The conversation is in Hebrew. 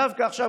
דווקא עכשיו,